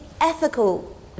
ethical